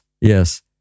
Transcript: yes